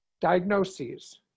diagnoses